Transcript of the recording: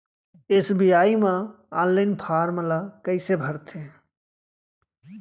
SBI म online form ल कइसे भरथे?